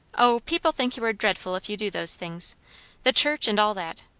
o, people think you are dreadful if you do those things the church, and all that.